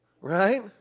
Right